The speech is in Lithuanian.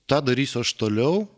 tą darysiu aš toliau